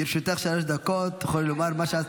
תודה רבה.